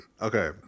okay